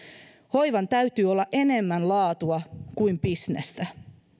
hoivan täytyy olla enemmän laatua kuin bisnestä